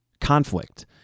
conflict